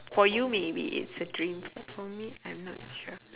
for you maybe it's a dream for me I'm not sure